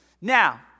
Now